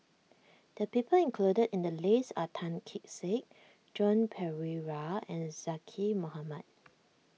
the people included in the list are Tan Kee Sek Joan Pereira and Zaqy Mohamad